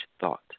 Thought